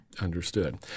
Understood